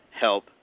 help